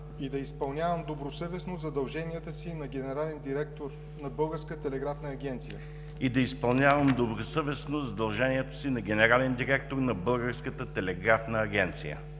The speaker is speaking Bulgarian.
и да изпълнявам добросъвестно задълженията си на генерален директор на